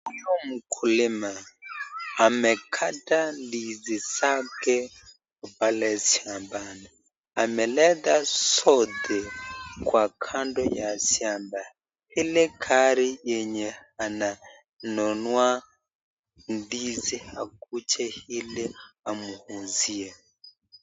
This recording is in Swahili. Huyu ni mkulima, amekata ndizi zake pale shambani, ameleta zote kwa kando ya shamba, ili gari yenye ananunua ndizi akuje ili amuuzie.